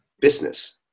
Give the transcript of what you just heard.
business